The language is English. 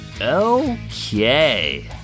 Okay